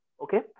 okay